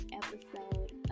episode